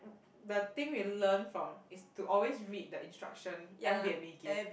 the thing we learn from is to always read the instruction and we're make if